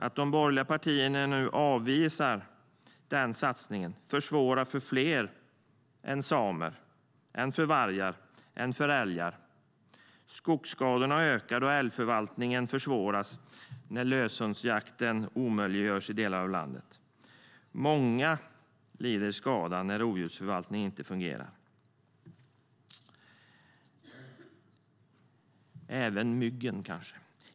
Att de borgerliga partierna nu avvisar den satsningen försvårar för fler än samer och för fler än vargar och älgar. Skogsskadorna ökar, då älgförvaltningen försvåras när löshundsjakt omöjliggörs i delar av landet. Många lider skada när rovdjursförvaltningen inte fungerar. Även myggen, kanske.